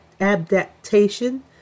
adaptation